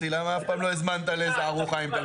אז אני אומרים להם: חבר'ה, כשתהיה לכם